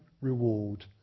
reward